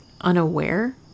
unaware